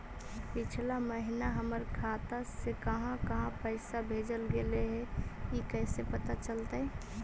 पिछला महिना हमर खाता से काहां काहां पैसा भेजल गेले हे इ कैसे पता चलतै?